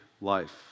life